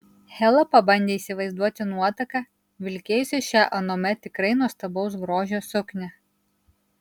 hela pabandė įsivaizduoti nuotaką vilkėjusią šią anuomet tikrai nuostabaus grožio suknią